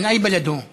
(אומר בערבית: מאיזו עיר הוא?)